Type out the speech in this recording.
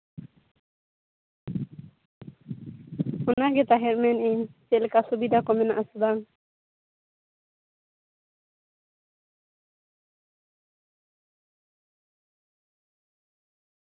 ᱚᱱᱟᱜᱮ ᱛᱟᱦᱮᱸᱫ ᱢᱮᱱᱮᱫᱼᱟᱹᱧ ᱪᱮᱫᱞᱮᱠᱟ ᱥᱩᱵᱤᱫᱟ ᱠᱚ ᱢᱮᱱᱟᱜᱼᱟ ᱥᱮ ᱵᱟᱝ